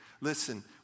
Listen